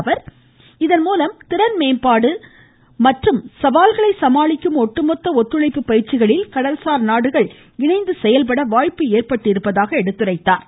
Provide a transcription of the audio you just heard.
ராஜ்நாத்சிங் இதன்மூலம் திறன்மேம்பாடு மற்றும் சவால்களை சமாளிக்கும் ஒட்டுமொத்த ஒத்துழைப்பு பயிற்சிகளில் கடல்சார் நாடுகள் இணைந்து செயல்பட வாய்ப்பு ஏற்பட்டிருப்பதாக குறிப்பிட்டார்